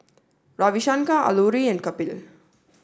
Ravi Shankar Alluri and Kapil